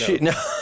No